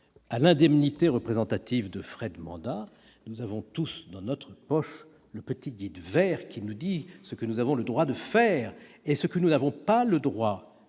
à l'indemnité représentative de frais de mandat, nous avons tous dans notre poche le petit guide vert qui précise ce que nous avons le droit de faire et ce qui nous est interdit, le bureau